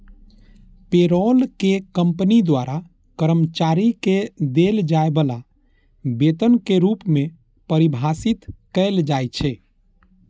payroll कें company द्वारा कर्मचारी कें देल जाय बला वेतन के रूप मे परिभाषित कैल जाइ छै